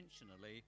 intentionally